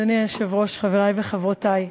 אדוני היושב-ראש, חברי וחברותי,